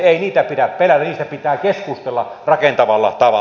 ei niitä pidä pelätä niistä pitää keskustella rakentavalla tavalla